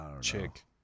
Chick